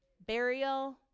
burial